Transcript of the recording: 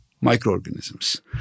microorganisms